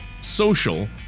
social